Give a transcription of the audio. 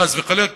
חס וחלילה,